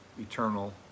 eternal